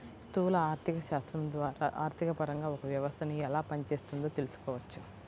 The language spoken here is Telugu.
స్థూల ఆర్థికశాస్త్రం ద్వారా ఆర్థికపరంగా ఒక వ్యవస్థను ఎలా పనిచేస్తోందో తెలుసుకోవచ్చు